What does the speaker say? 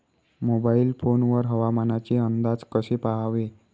Mobile phone वर हवामानाचे अंदाज कसे पहावे?